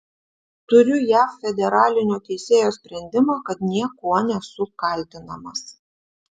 turiu jav federalinio teisėjo sprendimą kad niekuo nesu kaltinamas